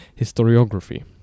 historiography